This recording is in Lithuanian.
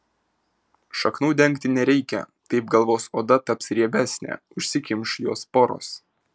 šaknų dengti nereikia taip galvos oda taps riebesnė užsikimš jos poros